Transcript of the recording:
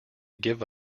give